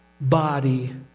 body